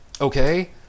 okay